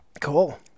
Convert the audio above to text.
Cool